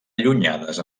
allunyades